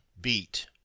beat